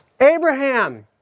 Abraham